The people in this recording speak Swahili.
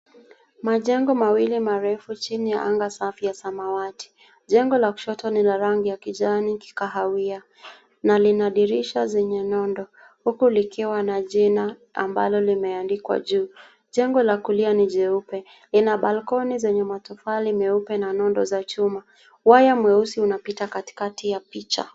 Majengo mawili marefu jini ya angaa safi ya samawati, jengo la kushoto lina rangi ya kijani kahawia na lina dirisha zenye nondo huku likiwa na jina ambalo limeandikwa juu. Jengo la kulia ni jeupe ina balcony zenye matofali nyeupe na nondo chuma, waya nyeusi zinapita katika ya picha.